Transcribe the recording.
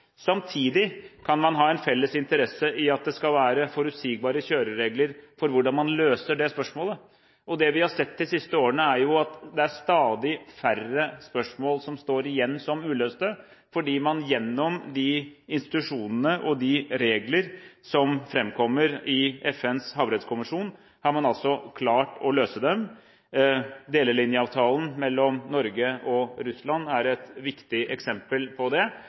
Samtidig kan man ha en felles interesse i at det skal være forutsigbare kjøreregler for hvordan man løser det spørsmålet. Det vi har sett de siste årene, er at det er stadig færre spørsmål som står igjen som uløste, fordi man gjennom de institusjonene og de regler som fremkommer i FNs havrettskommisjon, altså har klart å løse dem. Delelinjeavtalen mellom Norge og Russland er et viktig eksempel på det,